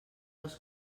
dels